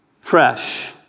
fresh